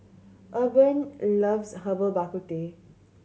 Urban loves Herbal Bak Ku Teh